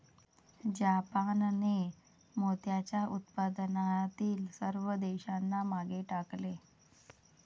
जापानने मोत्याच्या उत्पादनातील सर्व देशांना मागे टाकले